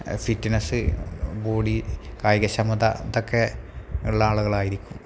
fitness body കായികക്ഷമത ഇതൊക്കെ ഉള്ള ആളുകളായിരിക്കും